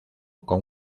con